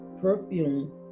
perfume